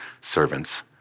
servants